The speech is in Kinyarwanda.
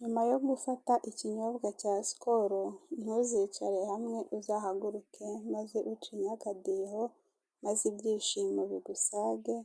Nyuma yo gufata ikinyobwa cya sikolo, ntuzicare hamwe uzahaguruke maze ucinye akadiho maze ibyishimo bigusage